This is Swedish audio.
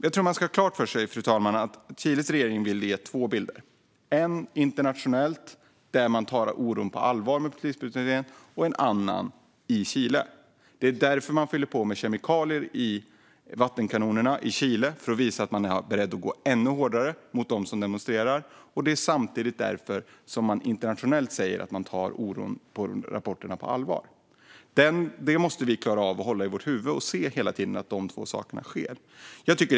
Vi ska ha klart för oss att Chiles regering vill visa upp två bilder, en internationellt där man tar oron för polisbrutaliteten på allvar och en annan i Chile. Man fyller på med kemikalier i vattenkanonerna för att visa att man är beredd att gå ännu längre mot dem som demonstrerar samtidigt som man internationellt säger att man tar oron och rapporterna på allvar. Vi måste hela tiden se och hålla i huvudet att dessa två saker sker.